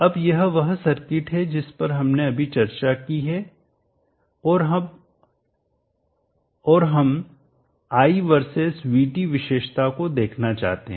अब यह वह सर्किट है जिस पर हमने अभी चर्चा की है और हम I वर्सेस VT विशेषता को देखना चाहते हैं